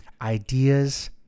Ideas